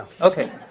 okay